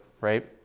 right